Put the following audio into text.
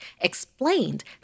explained